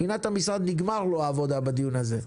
מבחינת המשרד נגמרה העבודה בדיון הזה.